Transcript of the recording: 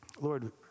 Lord